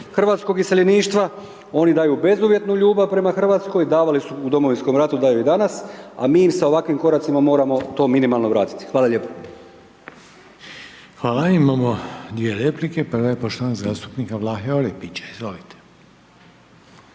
hrvatskog iseljeništva, oni daju bezuvjetnu ljubav prema Hrvatskoj, davali su u Domovinskom ratu, daju i danas, a mi im sa ovakvim koracima moramo to minimalno vratiti. Hvala lijepo. **Reiner, Željko (HDZ)** Imamo dvije replike, prva je poštovanog zastupnika Vlahe Orepića, izvolite.